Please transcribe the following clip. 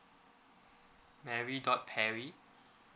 mary dot perry